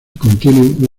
contienen